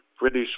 British